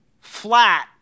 flat